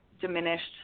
diminished